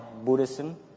Buddhism